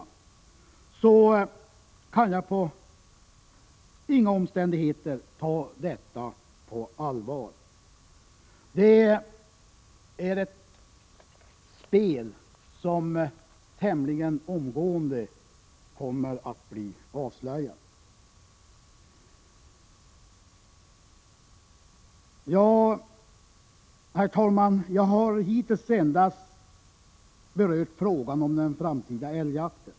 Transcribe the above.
Jag kan under inga omständigheter ta detta på allvar. Det är ett spel, som tämligen omgående kommer att bli avslöjat. Herr talman! Jag har hittills endast berört frågan om den framtida älgjakten.